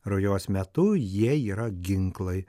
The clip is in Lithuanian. rujos metu jie yra ginklai